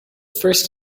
first